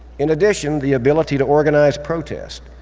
in addition, the ability to organize protests,